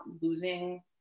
losing